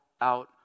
out